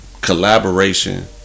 Collaboration